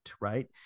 right